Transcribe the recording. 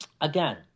Again